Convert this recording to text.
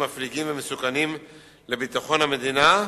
מפליגים ומסוכנים לביטחון המדינה,